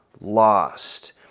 lost